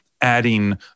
adding